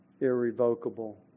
irrevocable